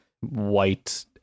white